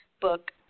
book